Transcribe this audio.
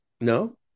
No